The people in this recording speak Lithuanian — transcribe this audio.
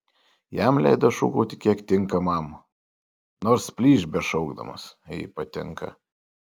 jam leido šūkauti kiek tinkamam nors plyšk bešaukdamas jei patinka